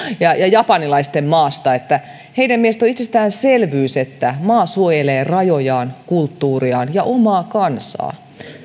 ja ja japanilaisten maasta heidän mielestään on itsestäänselvyys että maa suojelee rajojaan kulttuuriaan ja omaa kansaa